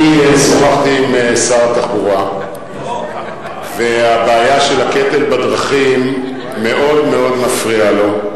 אני שוחחתי עם שר התחבורה והבעיה של הקטל בדרכים מאוד מאוד מפריעה לו.